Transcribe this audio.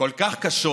כל כך קשות